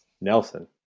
Nelson